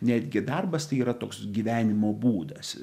netgi darbas tai yra toks gyvenimo būdas